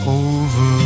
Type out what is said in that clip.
over